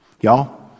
Y'all